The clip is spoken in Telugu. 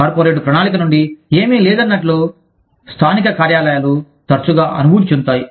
కార్పొరేట్ ప్రణాళిక నుండి ఏమీ లేదన్నట్లు స్థానిక కార్యాలయాలు తరచుగా అనుభూతి చెందుతాయి